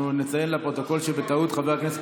אנחנו נציין לפרוטוקול שבטעות חבר הכנסת